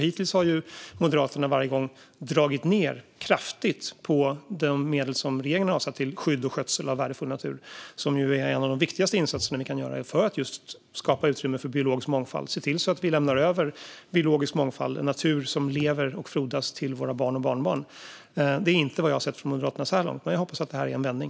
Hittills har Moderaterna varje gång dragit ned kraftigt på de medel som regeringen har avsatt till skydd och skötsel av värdefull natur, som ju är en av de viktigaste insatser vi kan göra för att just skapa utrymme för biologisk mångfald och se till att vi lämnar över biologisk mångfald och en natur som lever och frodas till våra barn och barnbarn. Det är inte vad jag har sett från Moderaterna så här långt, men jag hoppas att detta är en vändning.